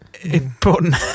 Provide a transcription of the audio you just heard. important